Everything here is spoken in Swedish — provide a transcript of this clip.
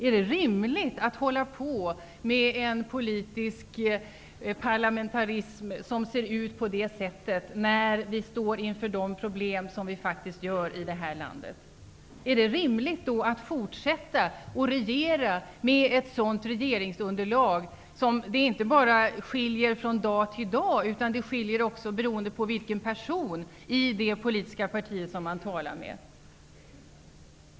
Är en sådan politisk parlamentarism rimlig när vi står inför sådana problem som vi faktiskt har i vårt land? Är det rimligt att fortsätta att regera med ett sådant regeringsunderlag, som inte bara skiftar från dag till dag utan också beroende vilken person i det politiska partiet som man talar med?